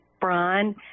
Brian